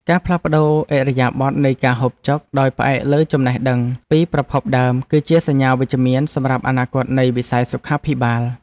ការផ្លាស់ប្តូរឥរិយាបថនៃការហូបចុកដោយផ្អែកលើចំណេះដឹងពីប្រភពដើម គឺជាសញ្ញាវិជ្ជមានសម្រាប់អនាគតនៃវិស័យសុខាភិបាល។